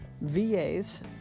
VAs